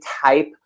type